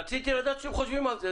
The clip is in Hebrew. רציתי לדעת שאתם חושבים על זה.